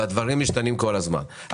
והדברים משתנים כל הזמן,